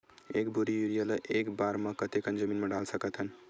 एक बोरी यूरिया ल एक बार म कते कन जमीन म डाल सकत हन?